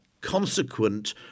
consequent